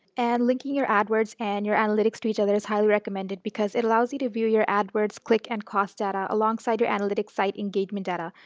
and linking your adwords and your analytics to each other is highly recommended because it allows you to view your adwords quick and cost data alongside your analytic site engagement data.